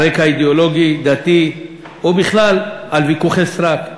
על רקע אידיאולוגי, דתי, או בכלל, בשל ויכוחי סרק.